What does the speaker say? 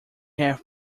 have